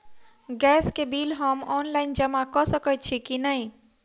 Gas केँ bill हम online जमा कऽ सकैत छी की नै?